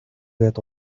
гээд